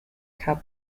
cup